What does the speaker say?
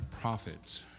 prophets